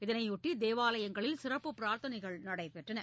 இதனையொட்டி தேவாலயங்களில் சிறப்பு பிரார்த்தனைகள் நடைபெற்றன